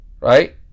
right